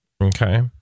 okay